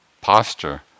posture